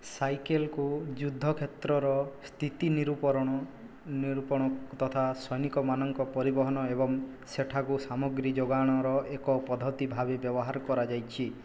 ସାଇକେଲକୁ ଯୁଦ୍ଧ କ୍ଷେତ୍ରର ସ୍ଥିତି ନିରୂପରଣ ନିରୂପଣ ତଥା ସୈନିକମାନଙ୍କ ପରିବହନ ଏବଂ ସେଠାକୁ ସାମଗ୍ରୀ ଯୋଗାଣର ଏକ ପଦ୍ଧତି ଭାବେ ବ୍ୟବହାର କରାଯାଇଛି